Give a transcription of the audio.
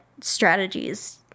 strategies